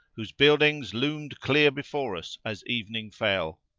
whose buildings loomed clear before us as evening fell.